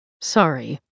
Sorry